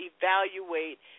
evaluate